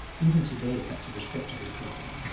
even today, that's a respectable print run.